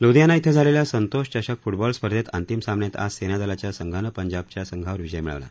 लुधियाना इथं झालेल्या संतोष चषक फुटबॉल स्पर्धेत अंतिम सामन्यात आज सेनादलाच्या संघानं पंजाबच्या संघावर विजय मिळवला